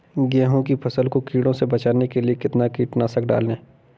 गेहूँ की फसल को कीड़ों से बचाने के लिए कितना कीटनाशक डालें?